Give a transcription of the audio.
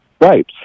Right